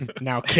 Now